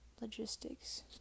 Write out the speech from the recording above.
logistics